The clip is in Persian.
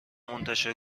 منتشر